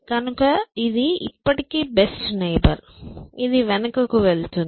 కనుక అది ఇప్పటికి బెస్ట్ నైబర్ ఇది వెనకకు వెళ్తుంది